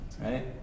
right